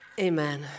Amen